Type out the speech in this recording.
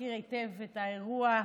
מכיר היטב את האירוע.